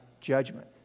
judgment